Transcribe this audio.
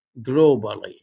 globally